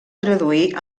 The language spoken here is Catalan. traduir